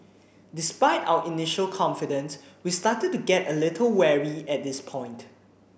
despite our initial confidence we started to get a little wary at this point